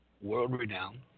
world-renowned